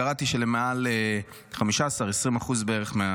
קראתי, של מעל ל-15% 20% בערך,